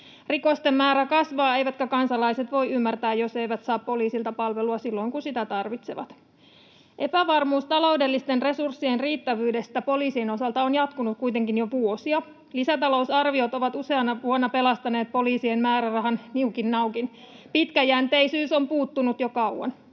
Rikosten määrä kasvaa, eivätkä kansalaiset voi ymmärtää, jos eivät saa poliisilta palvelua silloin, kun sitä tarvitsevat. Epävarmuus taloudellisten resurssien riittävyydestä poliisin osalta on jatkunut kuitenkin jo vuosia. Lisätalousarviot ovat useana vuonna pelastaneet poliisien määrärahan niukin naukin. Pitkäjänteisyys on puuttunut jo kauan.